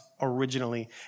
originally